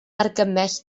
argymell